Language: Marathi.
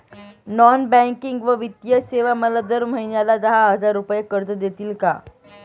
नॉन बँकिंग व वित्तीय सेवा मला दर महिन्याला दहा हजार रुपये कर्ज देतील का?